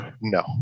no